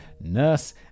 nurse